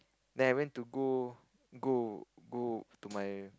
then I went go go go to my